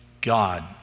God